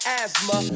asthma